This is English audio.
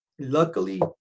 Luckily